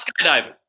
skydiving